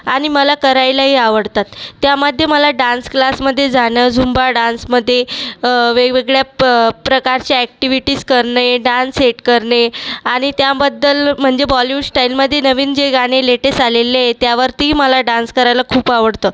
आणि मला करायलाही आवडतात त्यामध्ये मला डान्स क्लासमध्ये जाणं झुंबा डान्समधे वेगवेगळ्या प प्रकारच्या अॅक्टिविटीज करने डान्स सेट करणे आणि त्याबद्दल म्हणजे बॉलिवूड ष्टाईलमधे नवीन जे गाणे लेटेस आलेले आहे त्यावरतीही मला डान्स करायला खूप आवडतं